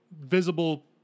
visible